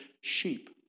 sheep